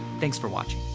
thanks for watching.